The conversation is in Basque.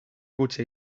gutxi